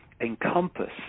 encompass